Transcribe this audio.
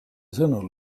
sõnul